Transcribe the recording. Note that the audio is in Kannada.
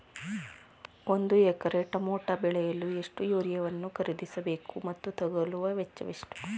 ಒಂದು ಎಕರೆ ಟಮೋಟ ಬೆಳೆಯಲು ಎಷ್ಟು ಯೂರಿಯಾವನ್ನು ಖರೀದಿಸ ಬೇಕು ಮತ್ತು ತಗಲುವ ವೆಚ್ಚ ಎಷ್ಟು?